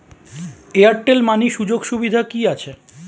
Airtel money সুযোগ সুবিধা কি আছে?